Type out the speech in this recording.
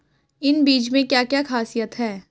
इन बीज में क्या क्या ख़ासियत है?